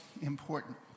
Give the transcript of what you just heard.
important